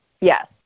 Yes